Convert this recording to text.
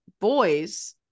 boys